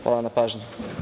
Hvala na pažnji.